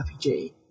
RPG